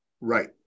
Right